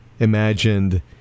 imagined